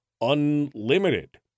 unlimited